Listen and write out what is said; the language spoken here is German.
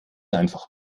einfach